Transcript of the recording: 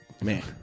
man